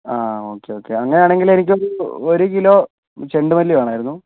ആഹ് okay okay അങ്ങനെയാണെങ്കിൽ എനിക്കൊരു ഒരു കിലോ ചെണ്ടുമല്ലി വേണമായിരുന്നു